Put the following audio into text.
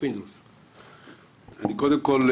קודם כל,